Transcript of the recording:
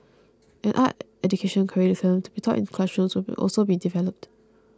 an art education curriculum to be taught in classrooms will also be developed